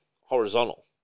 horizontal